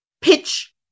pitch